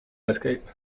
escape